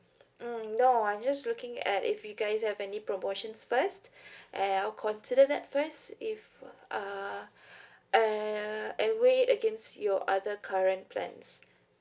mm no I just looking at if you guys have any promotions first and I'll consider that first if uh uh and weight against your other current plans